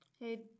Hey